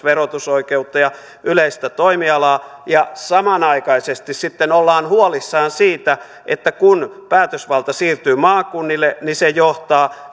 verotusoikeutta ja yleistä toimialaa ja samanaikaisesti sitten ollaan huolissaan siitä että kun päätösvalta siirtyy maakunnille niin se johtaa